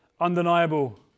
undeniable